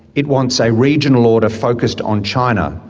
it wants a regional order focused on china,